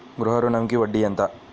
గృహ ఋణంకి వడ్డీ ఎంత?